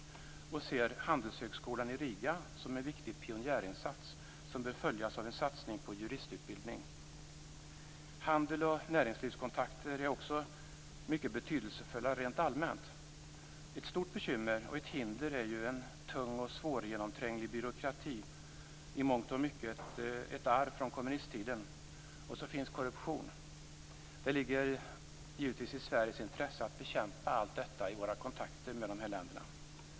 Vi ser satsningen på handelshögskolan i Riga som en viktig pionjärinsats som bör följas av en satsning på juristutbildning. Handels och näringslivskontakter är också mycket betydelsefulla rent allmänt. Ett stort bekymmer och ett hinder är ju en tung och svårgenomtränglig byråkrati. Den är i mångt och mycket ett arv från kommunisttiden. Dessutom finns det korruption. Det ligger givetvis i Sveriges intresse att bekämpa allt detta i våra kontakter med de här länderna.